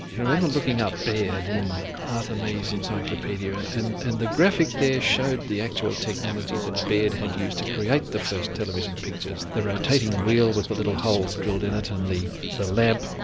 and remember looking up baird in arthur mee's encyclopaedia and and the graphic there showed the actual technology that baird had used to create the first television pictures the rotating wheel with the little holes drilled in it and the the lamp,